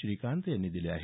श्रीकांत यांनी दिले आहेत